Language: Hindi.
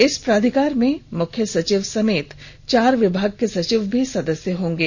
इस प्राधिकार में मुख्य सचिव समेत चार विभाग के सचिव भी सदस्य होंगे